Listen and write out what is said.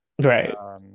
right